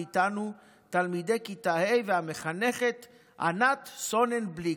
מאיתנו, תלמידי כיתה ה' והמחנכת ענת סוננבליק.